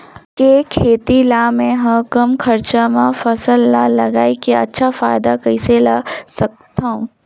के खेती ला मै ह कम खरचा मा फसल ला लगई के अच्छा फायदा कइसे ला सकथव?